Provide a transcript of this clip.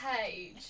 page